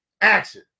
action